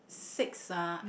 six ah